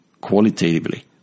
qualitatively